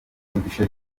mugisha